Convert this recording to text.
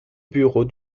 bureau